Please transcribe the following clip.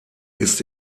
ist